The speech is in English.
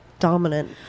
dominant